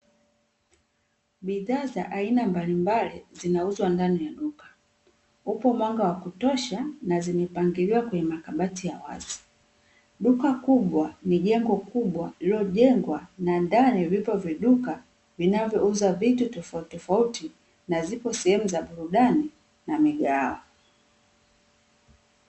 Bidhaa za aina mbalimbali zinauzwa ndani ya duka. Upo mwanga wa kutosha na zimepangiliwa kwenye makabati ya wazi. Duka kubwa ni jengo kubwa lililojengwa na ndani vipo viduka vinavyouza vitu tofautitofauti, na zipo sehemu za burudani na migahawa.